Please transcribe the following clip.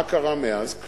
מה קרה מאז?